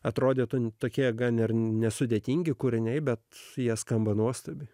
atrodytų tokie gan ir nesudėtingi kūriniai bet jie skamba nuostabiai